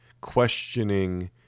questioning